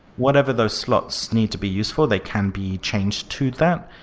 whatever those slots need to be useful, they can be changed to that.